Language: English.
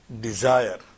Desire